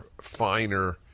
finer